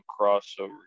crossover